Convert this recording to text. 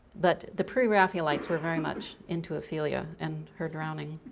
but the pre-raphaelites were very much into ophelia and her drowning.